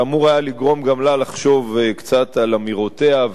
לגרום גם לה לחשוב קצת על אמירותיה ועל